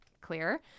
clear